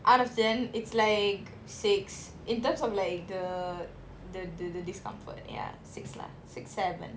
out of ten it's like six in terms of like the the the the discomfort ya six lah six seven